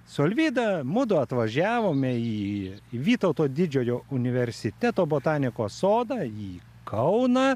su alvyda mudu atvažiavome į vytauto didžiojo universiteto botanikos sodą į kauną